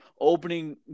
opening